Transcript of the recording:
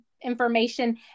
information